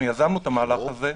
יזמנו את המהלך הזה.